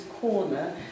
corner